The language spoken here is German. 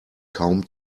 kaum